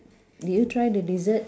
did you try the dessert